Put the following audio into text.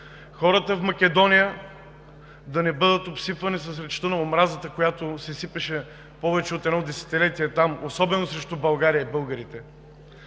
хората в Македония да не бъдат обсипвани с речта на омразата, която се сипеше повече от едно десетилетие там, особено срещу България и българите.